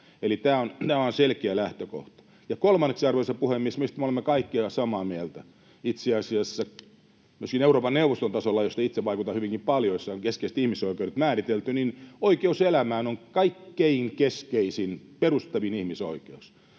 Eli tämä on selkeä lähtökohta. Ja kolmanneksi, arvoisa puhemies, minusta me olemme kaikki ihan samaa mieltä — itse asiassa myöskin Euroopan neuvoston tasolla, jossa itse vaikutan hyvinkin paljon ja jossa on keskeiset ihmisoikeudet määritelty — että oikeus elämään on kaikkein keskeisin, perustavin ihmisoikeus.